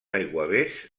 aiguavés